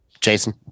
Jason